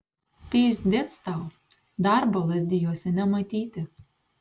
pyzdec tau darbo lazdijuose nematyti